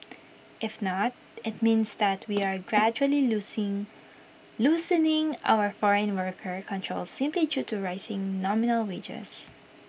if not IT means that we are gradually losing loosening our foreign worker controls simply due to rising nominal wages